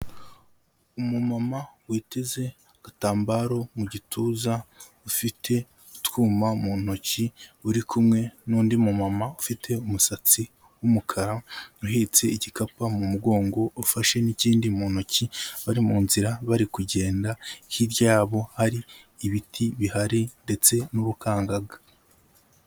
Umumama witeze agatambaro mu gituza ufite utwuma mu ntoki, uri kumwe n'undi mumama ufite umusatsi w'umukara, uhetse igikapu mu mugongo ufashe n'ikindi mu ntoki bari mu nzira bari kugenda, hirya yabo hari ibiti bihari ndetse n'ubukangaga.